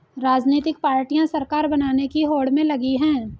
राजनीतिक पार्टियां सरकार बनाने की होड़ में लगी हैं